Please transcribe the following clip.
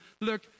look